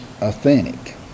authentic